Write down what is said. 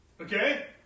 Okay